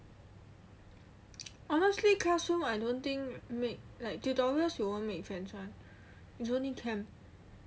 honestly classroom I don't think make like tutorials you won't make friends one is only camp